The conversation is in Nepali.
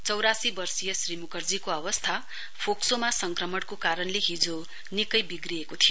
चौरासी वर्षीय श्री मुकर्जीको अवस्था फोक्सोमा संक्रमणको कारणले हिजो निकै विग्रिएको थियो